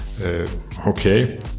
okay